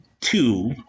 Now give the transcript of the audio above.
two